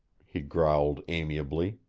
he growled amiably.